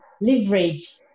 leverage